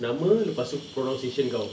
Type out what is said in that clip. nama lepas tu pronunciation kau